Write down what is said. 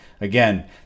Again